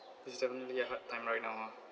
it's definitely a hard time right now ah